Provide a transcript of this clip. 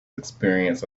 experience